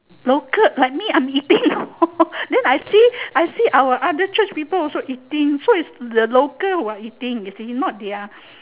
local like me I'm eating hor then I see I see our other church people also eating so it's the local who are eating you see not their